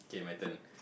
okay my turn